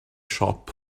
siop